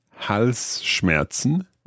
Halsschmerzen